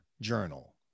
journal